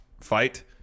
fight